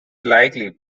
likely